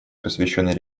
посвященной